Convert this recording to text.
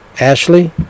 Ashley